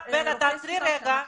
תעצרי רגע.